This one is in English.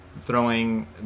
throwing